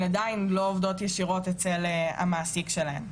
פשוט עדיין לא עובדות באופן ישיר אצל המעסיק שלהן.